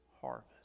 harvest